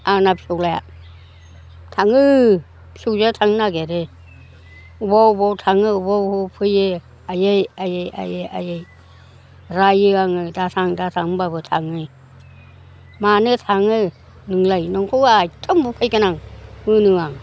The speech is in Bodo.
आंना फिसौलाया थाङो फिसौजोआ थांनो नागिरो बबाव बबाव थाङो बबाव बबाव फैयो आयै आयै आयै आयै रायो आङो दाथां दाथां होनबाबो थाङो मानो थाङो नोंलाय नोंखौ आथिं बुफायगोन आं होनो आं